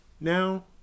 now